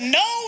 no